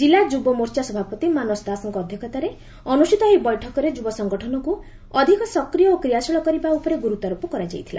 କିଲ୍ଲା ଯୁବ ମୋର୍ଚା ସଭାପତି ମାନସ ଦାଶଙ୍କ ଅଧ୍ୟକ୍ଷତାରେ ଅନୁଷ୍ଟିତ ଏହି ବୈଠକରେ ଯୁବ ସଂଗଠନକୁ ଅଧିକ ସକ୍ରିୟ ଓ କ୍ରିୟାଶୀଳ କରିବା ଉପରେ ଗୁରୁତ୍ୱାରୋପ କରାଯାଇଥିଲା